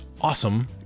awesome